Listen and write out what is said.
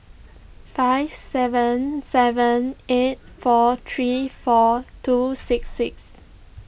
five seven seven eight four three four two six six